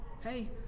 hey